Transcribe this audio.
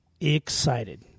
excited